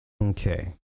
Okay